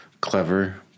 clever